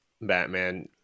Batman